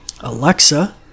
Alexa